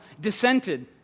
dissented